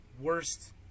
worst